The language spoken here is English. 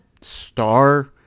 star